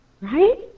Right